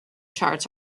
charts